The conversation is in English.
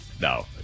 No